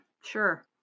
sure